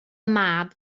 mab